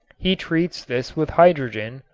he treats this with hydrogen,